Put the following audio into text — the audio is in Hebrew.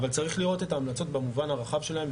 אבל צריך לראות את ההמלצות במובן הרחב שלהן,